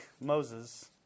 Moses